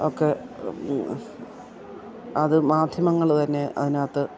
ഒക്കെ അത് മാധ്യമങ്ങൾ തന്നെ അതിനകത്ത്